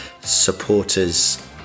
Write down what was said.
Supporters